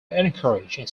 encourage